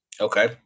Okay